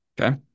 Okay